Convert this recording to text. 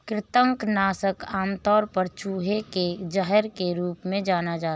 कृंतक नाशक आमतौर पर चूहे के जहर के रूप में जाना जाता है